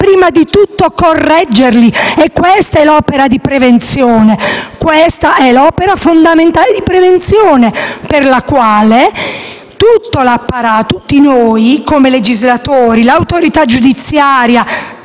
prima di tutto, correggerli. Questa è l'opera di prevenzione. Questa è l'opera fondamentale di prevenzione per la quale tutti noi come legislatori, l'autorità giudiziaria